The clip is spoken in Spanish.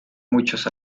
muchos